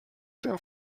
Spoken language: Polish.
tym